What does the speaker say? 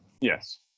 Yes